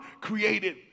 created